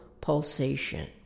pulsation